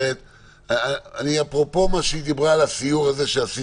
חלק אני אתן דוגמה --- אני רק רוצה לציין שגם